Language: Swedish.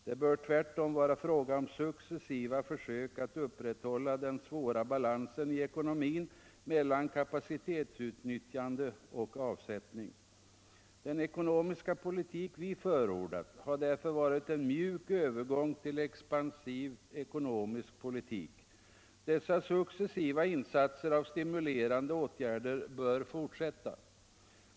Det bör tvärtom vara fråga om successiva försök att upprätthålla den svåra balansen i ekonomin mellan kapacitetsutnyttjande och avsättning. Den ekonomiska politik vi förordat har därför varit en mjuk övergång till expansiv ekonomisk politik. Dessa successiva insatser av stimulerande åtgärder bör fortsätta.